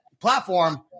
platform